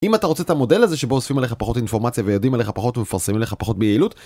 אם אתה רוצה את המודל הזה שבו אוספים עליך פחות אינפורמציה ויודעים עליך פחות ומפרסמים עליך פחות ביעילות